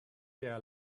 their